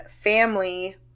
family